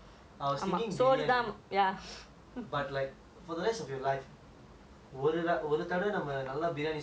but like for the rest of your life ஒரு தடவ நம்ம நல்லா:oru tada namma nalla briyani சாப்டாலே நெஞ்சிலேயே நிக்கும் தூங்கவே முடியாது:saaptaalae nejilaye nikkum thungave mudiyathu